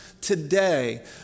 today